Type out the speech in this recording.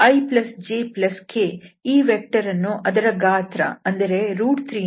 ijk ಈ vector ಅನ್ನು ಅದರ ಗಾತ್ರ 3ಇಂದ ಭಾಗಿಸಬೇಕು